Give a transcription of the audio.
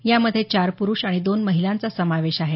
यामध्ये चार पुरुष आणि दोन महिलांचा समावेश आहे